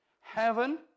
heaven